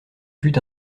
fut